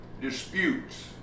disputes